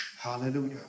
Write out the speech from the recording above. Hallelujah